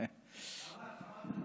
שמעת את מה שהקראתי?